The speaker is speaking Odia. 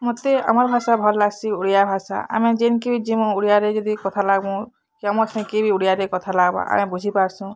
ମୋତେ ଆମର୍ ଭାଷା ଭଲ୍ ଲାଗ୍ସି ଓଡ଼ିଆ ଭାଷା ଆମେ ଯେନ୍ କେ ବି ଯିମୁଁ ଓଡ଼ିଆରେ ଯଦି କଥା ଲାଗବୁଁ କି ଆମର୍ ସାଙ୍ଗରେ କିଏ ବି ଓଡ଼ିଆରେ କଥା ଲାଗ୍ବା ଆମେ ବୁଝି ପାରସୁଁ